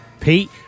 Pete